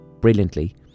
brilliantly